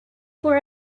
for